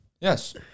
Yes